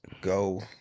go